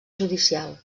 judicial